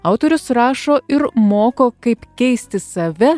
autorius rašo ir moko kaip keisti save